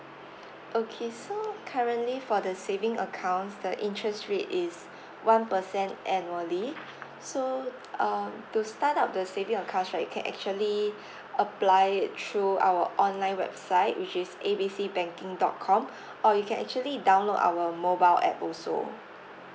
okay so currently for the saving accounts the interest rate is one percent annually so um to start up the saving accounts right you can actually apply it through our online website which is A B C banking dot com or you can actually download our mobile app also